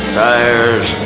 tires